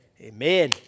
Amen